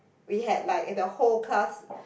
we had like the whole class